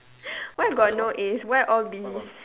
why got no As why all Bs